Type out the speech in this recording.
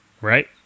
right